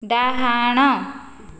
ଡାହାଣ